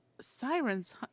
Sirens